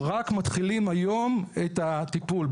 רק מתחילים היום את הטיפול,